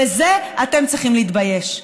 בזה אתם צריכים להתבייש.